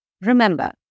Remember